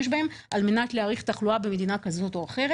בהם על-מנת להעריך תחלואה במדינה כזאת או אחרת.